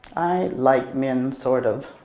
like men, sort of.